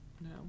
no